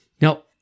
Now